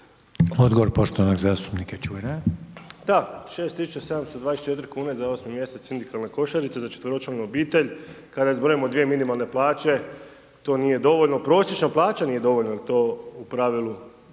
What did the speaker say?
**Čuraj, Stjepan (HNS)** Da 6.724,00 kn za 8.-mi mjesec Sindikalne košarice za 4-ero članu obitelj kada zbrojimo dvije minimalne plaće, to nije dovoljno, prosječna plaća nije dovoljno, jel to u pravilu,